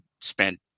spent